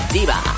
Diva